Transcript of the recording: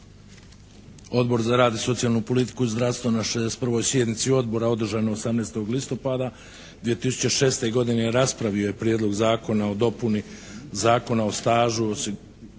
Odbor za rad i socijalnu politiku zdravstva na 61. sjednici Odbora održanoj 18. listopada 2006. godine raspravio je Prijedlog Zakona o dopuni Zakona o stažu